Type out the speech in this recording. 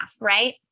right